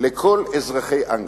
לכל אזרחי אנגליה.